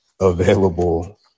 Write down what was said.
available